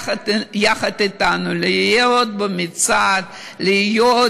להיות במצעד יחד אתנו,